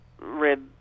red